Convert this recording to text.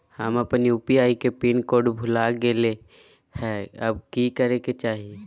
हम अपन यू.पी.आई के पिन कोड भूल गेलिये हई, अब की करे के चाही?